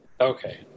Okay